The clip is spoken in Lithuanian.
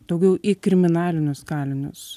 daugiau į kriminalinius kalinius